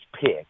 pick